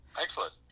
Excellent